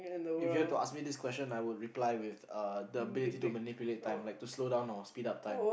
if you to ask me this question I would reply with uh the ability to manipulate time like to slow down or speed up time